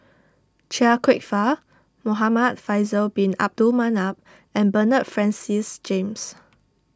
Chia Kwek Fah Muhamad Faisal Bin Abdul Manap and Bernard Francis James